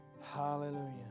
Hallelujah